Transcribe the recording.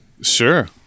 sure